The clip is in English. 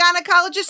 gynecologist